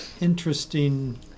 interesting